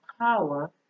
power